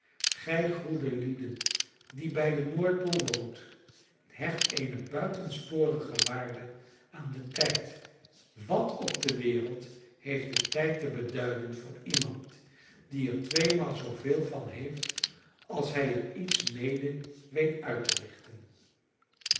gij goede lieden die bij de noordpool woont hecht eene buitensporige waarde aan den tijd wat op de wereld heeft de tijd te beduiden voor iemand die er tweemaal zooveel van heeft als hij er iets mede weet uit te richten